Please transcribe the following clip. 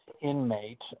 inmate